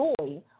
Joy